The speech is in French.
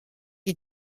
est